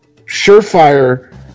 surefire